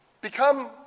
become